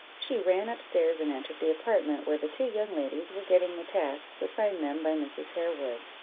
she ran up stairs, and entered the apartment where the two young ladies were getting the tasks assigned them by mrs. harewood.